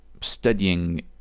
studying